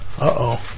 Uh-oh